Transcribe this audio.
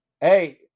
Hey